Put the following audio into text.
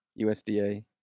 USDA